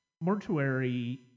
Mortuary